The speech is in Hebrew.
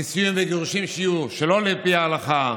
נישואים וגירושים, שיהיו שלא לפי ההלכה,